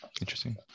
interesting